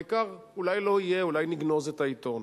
העיקר, אולי לא יהיה, אולי נגנוז את העיתון.